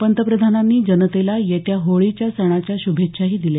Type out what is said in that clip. पंतप्रधानांनी जनतेला येत्या होळीच्या सणाच्या श्रभेच्छाही दिल्या